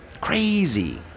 crazy